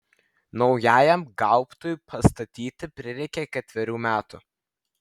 naujajam gaubtui pastatyti prireikė ketverių metų